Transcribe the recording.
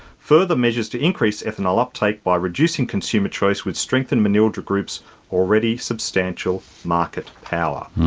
further measures to increase ethanol uptake by reducing consumer choice would strengthen manildra group's already substantial market power.